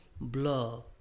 blood